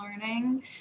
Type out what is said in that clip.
learning